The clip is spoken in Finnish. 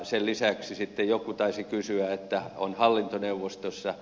sen lisäksi sitten joku taisi sanoa että on hallintoneuvostossa